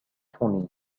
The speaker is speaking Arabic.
توني